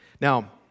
Now